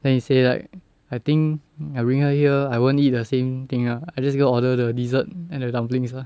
then he say like I think I bring her here I won't eat the same thing ah I just go order the desert and the dumplings ah